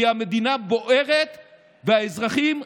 כי המדינה בוערת והאזרחים,